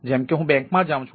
જેમ કે હું બેંકમાં જાઉં છું